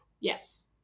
yes